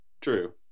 True